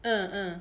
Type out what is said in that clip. uh uh